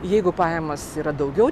jeigu pajamos yra daugiau